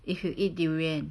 if you eat durian